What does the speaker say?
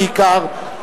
בעיקר,